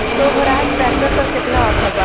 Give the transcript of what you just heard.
सोहराज tractor पर केतना offer बा?